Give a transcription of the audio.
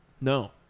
No